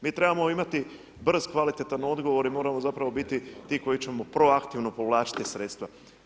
Mi trebamo imati brz, kvalitetan odgovor i moramo zapravo biti ti koji ćemo proaktivno povlačiti sredstva.